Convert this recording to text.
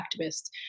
activists